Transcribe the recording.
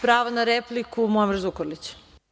Pravo na repliku ima Muamer Zukorlić.